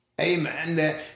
amen